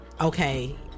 okay